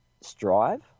strive